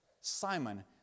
Simon